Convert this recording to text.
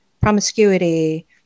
promiscuity